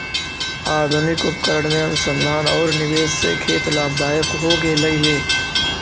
आधुनिक उपकरण में अनुसंधान औउर निवेश से खेत लाभदायक हो गेलई हे